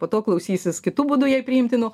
po to klausysis kitu būdu jai priimtinu